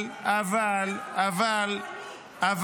--- כולל בלנית שתגיד לך מה לעשות ותסתכל לך בציפורניים.